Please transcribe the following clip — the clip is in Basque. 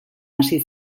hasi